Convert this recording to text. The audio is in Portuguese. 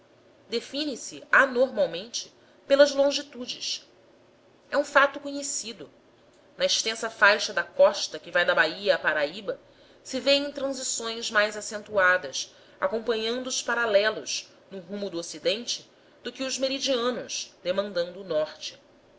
define se anormalmente pelas longitudes é um fato conhecido na extensa faixa da costa que vai da bahia a paraíba se vêem transições mais acentuadas acompanhando os paralelos no rumo do ocidente do que os meridianos demandando o norte